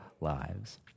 lives